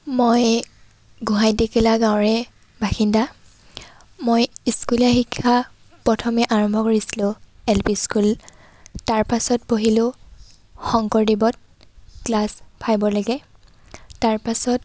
মই গোহাঁই টিকিলা গাৱঁৰে বাসিন্দা মই স্কুলীয়া শিক্ষা প্ৰথমে আৰম্ভ কৰিছিলোঁ এল পি স্কুল তাৰপাছত পঢ়িলোঁ শংকৰদেৱত ক্লাচ ফাইভলৈকে তাৰপাছত